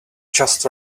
just